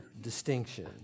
distinction